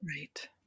Right